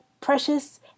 precious